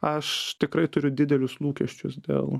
aš tikrai turiu didelius lūkesčius dėl